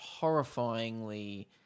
horrifyingly